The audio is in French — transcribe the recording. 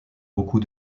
beaucoup